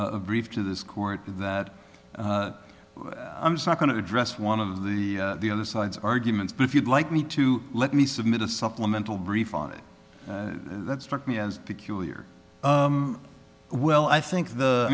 in brief to this court that i'm just not going to address one of the other side's arguments but if you'd like me to let me submit a supplemental brief on it that struck me as peculiar well i think the i